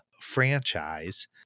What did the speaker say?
franchise